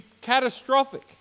catastrophic